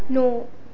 न'